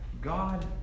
God